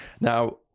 Now